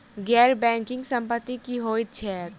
गैर बैंकिंग संपति की होइत छैक?